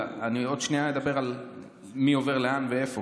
אני עוד שנייה אדבר מי עובר לאן ואיפה,